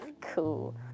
cool